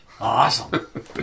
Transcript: Awesome